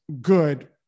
good